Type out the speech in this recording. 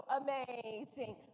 amazing